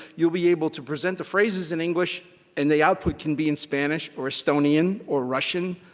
you'll be able to present the phrases in english and the output can be in spanish, or estonian, or russian,